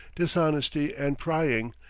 dishonesty, and prying,